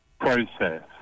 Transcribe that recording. process